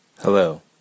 Hello